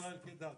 ישראל קדר.